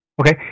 Okay